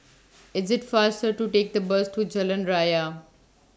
IS IT faster to Take The Bus to Jalan Raya